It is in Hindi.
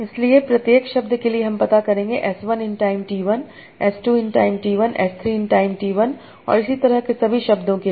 इसलिए प्रत्येक शब्द के लिए हम पता करेंगे s1 in time t 1 s 2 in time t 1s 3 in time t 1 और इसी तरह के सभी शब्दों के लिए